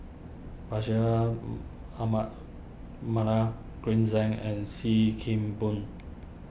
Bashir Ahmad Mallal Green Zeng and Sim Kee Boon